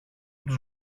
τους